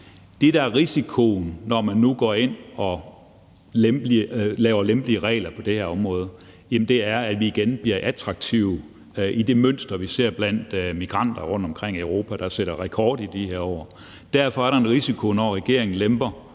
der er risikoen, når man nu går ind og laver lempelige regler på det her område, er, at vi igen bliver attraktive i det mønster, vi ser blandt migranter rundtomkring i Europa, hvis antal sætter rekord i de her år. Derfor er der, når regeringen lemper,